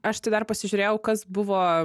aš tai dar pasižiūrėjau kas buvo